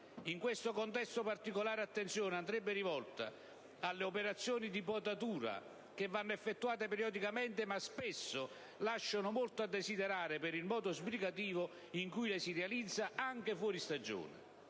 In tale contesto, particolare attenzione andrebbe rivolta alle operazioni di potatura, che vanno effettuate periodicamente, e che spesso lasciano molto a desiderare per il modo sbrigativo in cui le si realizza, anche fuori stagione.